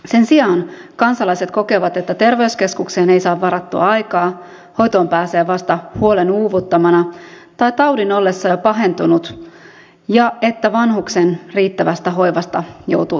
sen sijaan kansalaiset kokevat että terveyskeskukseen ei saa varattua aikaa hoitoon pääsee vasta huolen uuvuttamana tai taudin ollessa jo pahentunut ja että vanhuksen riittävästä hoivasta joutuu taistelemaan